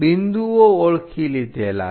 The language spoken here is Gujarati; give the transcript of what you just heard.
બિંદુઓ ઓળખી લીધેલા છે